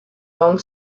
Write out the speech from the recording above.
long